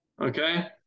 okay